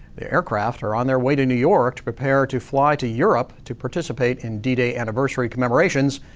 the aircraft are on their way to new york to prepare to fly to europe to participate in d-day anniversary commemorations.